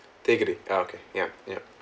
thekkady ah okay yup yup